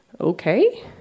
okay